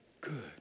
good